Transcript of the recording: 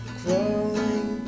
crawling